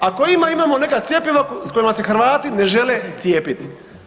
Ako ima imamo neka cjepiva s kojima se Hrvati ne žele cijepiti.